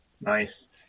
nice